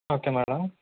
okay madam madam